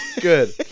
Good